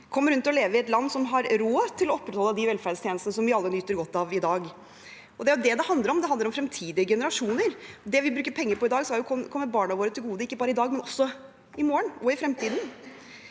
Kommer hun til å leve i et land som har råd til å opprettholde de velferdstjenestene vi alle nyter godt av i dag? Det er dette det handler om – det handler om fremtidige generasjoner. Det vi bruker penger på i dag, skal komme barna våre til gode ikke bare i dag, men også i morgen og lenger inn